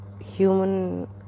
human